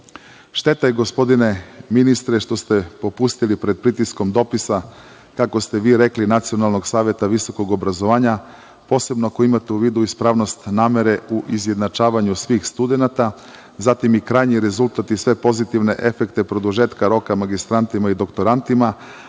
je, gospodine ministre, što ste popustili pred pritiskom dopisa, kako ste vi rekli, Nacionalnog saveta visokog obrazovanja, posebno ako imate u vidu ispravnost namere u izjednačavanju svih studenata, zatim, i krajnji rezultat i sve pozitivne efekte produžetka roka magistrantima i doktorantima,